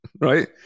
right